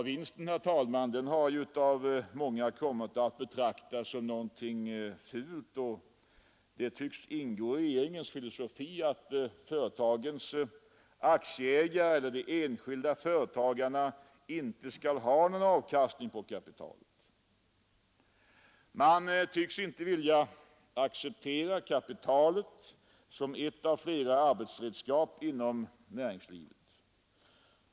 Vinsten har av många kommit att betraktas som någonting fult, och det tycks ingå i regeringens filosofi att företagens aktieägare eller de enskilda företagarna inte skall ha någon avkastning på kapitalet. Man tycks inte vilja acceptera kapitalet som ett av flera arbetsredskap inom näringslivet.